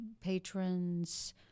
patrons